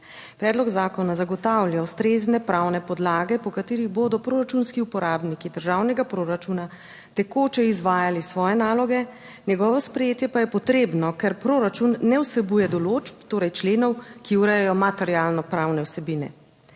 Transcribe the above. Predlog zakona zagotavlja ustrezne pravne podlage, po katerih bodo proračunski uporabniki državnega proračuna tekoče izvajali svoje naloge, njegovo sprejetje pa je potrebno, ker proračun ne vsebuje določb, torej členov, ki urejajo materialno pravne vsebine.